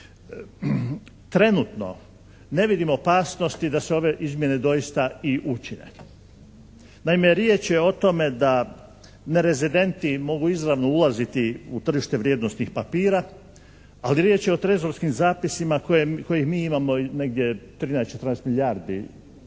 Trenutno ne vidim opasnosti da se ove izmjene doista i učine. Naime riječ je o tome da nerezidenti mogu izravno ulaziti u tržište vrijednosnih papira, ali riječ je o trezorskim zapisima kojih mi imamo negdje 13, 14 milijardi